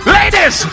Ladies